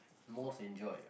most enjoyed